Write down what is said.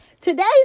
Today's